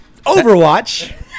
Overwatch